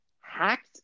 hacked